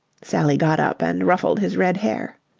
sally got up and ruffled his red hair.